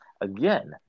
again